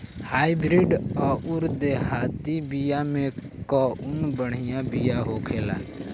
Hybrid अउर देहाती बिया मे कउन बढ़िया बिया होखेला?